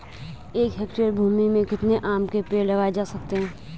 एक हेक्टेयर भूमि में कितने आम के पेड़ लगाए जा सकते हैं?